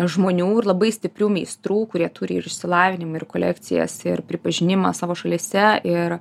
žmonių ir labai stiprių meistrų kurie turi ir išsilavinimą ir kolekcijas ir pripažinimą savo šalyse ir